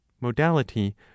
Modality